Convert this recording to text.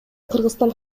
кыргызстан